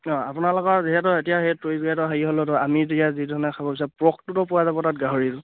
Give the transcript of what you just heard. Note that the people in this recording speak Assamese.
অঁ আপোনালোকৰ যিহেতু এতিয়া সেই ট্য়ুৰিষ্ট গাইডৰ হেৰি হ'লেতো আমিতো ইয়াত যি ধৰণে খাব পৰ্কটোতো পোৱা যাব তাত গাহৰিটো